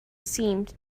seemed